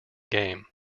game